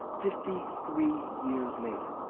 fifty three years later,